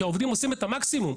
כי העובדים עושים את המקסימום.